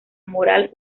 moral